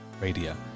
Radio